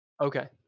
Okay